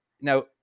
now